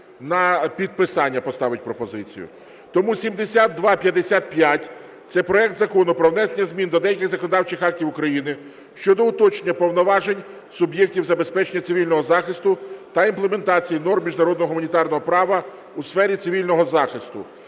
на підписання поставить пропозицію. Тому 7255 - це проект Закону про внесення змін до деяких законодавчих актів України щодо уточнення повноважень суб'єктів забезпечення цивільного захисту та імплементації норм міжнародного гуманітарного права у сфері цивільного захисту.